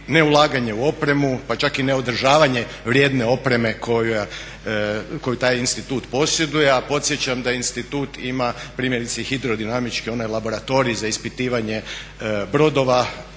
neulaganje u opremu pa čak i neodržavanje vrijedne opreme koju taj institut posjeduje, a podsjećam da institut ima primjerice hidrodinamički onaj laboratorij za ispitivanje brodova,